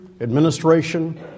administration